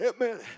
Amen